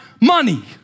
money